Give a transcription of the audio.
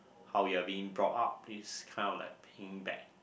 how you're being brought up it's kind of like paying back